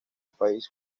país